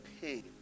pain